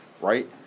right